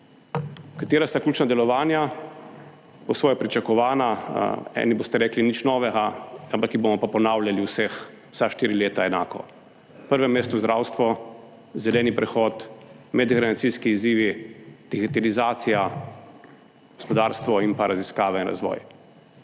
Katera so ključna delovanja? Po svoje pričakovana. Eni boste rekli, nič novega, ampak jih bomo pa ponavljali vsa štiri leta enako. Na prvem mestu zdravstvo, zeleni prehod, medgeneracijski izzivi, digitalizacija, gospodarstvo in pa raziskave in razvoj,